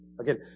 again